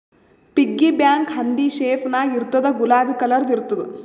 piggy bank ಹಂದಿ shape ನಾಗ್ ಇರ್ತುದ್ ಗುಲಾಬಿ ಕಲರ್ದು ಇರ್ತುದ್